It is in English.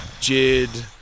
Jid